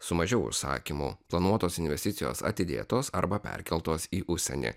su mažiau užsakymų planuotos investicijos atidėtos arba perkeltos į užsienį